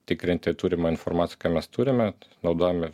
tikrinti turimą informaciją ką mes turime naudojami